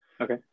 Okay